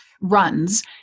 runs